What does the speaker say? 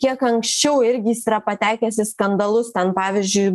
kiek anksčiau irgi jis yra patekęs į skandalus ten pavyzdžiui